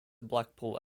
blackpool